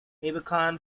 abercorn